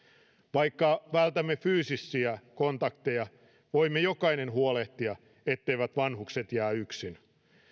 vaikka vältämme fyysisiä kontakteja voimme jokainen huolehtia etteivät vanhukset jää yksin